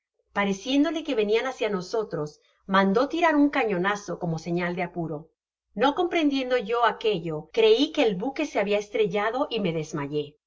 pareciéndole que venian hácia nosotros mandó tirar un cañonazo como señal de apuro no comprendiendo yo aquello crei que el buque se habia estrellado y me desmayé en